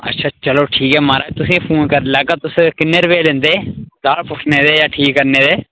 अच्छा चलो ठीक ऐ महाराज तुसें फोन करी लैगा तुस किन्ने रपेऽ लैंदे दाड़ पुट्टने दे जां ठीक करने दे